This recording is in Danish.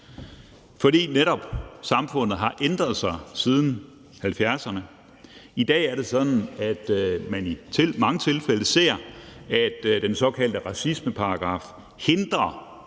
fordi samfundet netop har ændret sig siden 1970’erne. I dag er det sådan, at man i mange tilfælde ser, at den såkaldte racismeparagraf hindrer